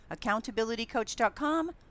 accountabilitycoach.com